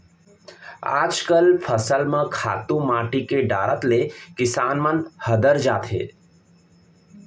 आजकल फसल म खातू माटी के डारत ले किसान मन हदर जाथें